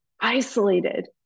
isolated